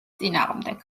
წინააღმდეგ